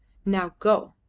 now go.